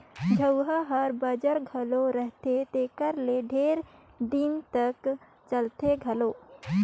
झउहा हर बंजर घलो रहथे तेकर ले ढेरे दिन तक चलथे घलो